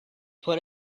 put